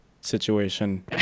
situation